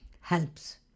helps